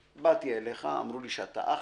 באתי אליך, אמרו לי שאתה אחלה,